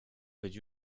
być